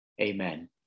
Amen